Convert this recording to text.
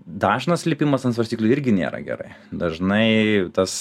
dažnas lipimas ant svarstyklių irgi nėra gerai dažnai tas